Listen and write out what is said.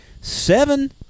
seven